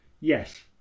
Yes